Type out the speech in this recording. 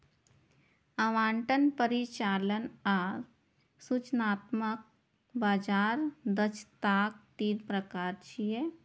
आवंटन, परिचालन आ सूचनात्मक बाजार दक्षताक तीन प्रकार छियै